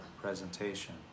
presentation